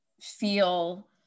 feel